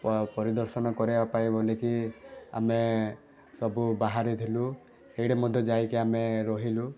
ପ ପରିଦର୍ଶନ କରିବାପାଇଁ ବୋଲିକି ଆମେ ସବୁ ବାହାରିଥିଲୁ ସେଇଟି ମଧ୍ୟ ଯାଇକି ଆମେ ରହିଲୁ